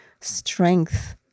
strength